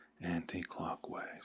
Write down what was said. anti-clockwise